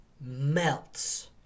melts